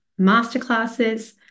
masterclasses